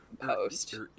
post